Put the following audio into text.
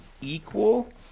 equal